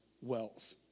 wealth